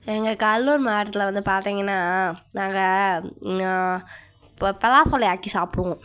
எங்கள் கடலூர் மாவட்டத்தில் வந்து பார்த்தீங்கன்னா நாங்கள் பலாசொலைய ஆக்கி சாப்பிடுவோம்